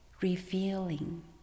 revealing